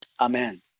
Amen